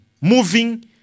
moving